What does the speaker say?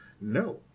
No